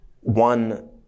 One